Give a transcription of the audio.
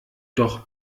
doch